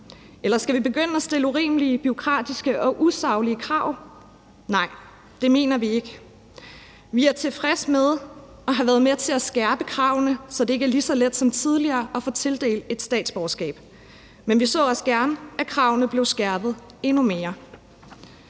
Eller skal vi begynde at stille urimelige bureaukratiske og usaglige krav? Nej, det mener vi ikke. Vi er tilfredse med at have været med til at skærpe kravene, så det ikke er lige så let som tidligere at få tildelt et statsborgerskab, men vi så også gerne, at kravene blev skærpet endnu mere.